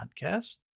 Podcast